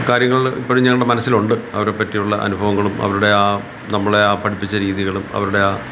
കാര്യങ്ങളിൽ ഇപ്പോഴും ഞങ്ങളുടെ മനസ്സിലുണ്ട് അവരെപ്പറ്റിയുള്ള അനുഭവങ്ങളും അവരുടെ ആ നമ്മളെ ആ പഠിപ്പിച്ച രീതികളും അവരുടെ ആ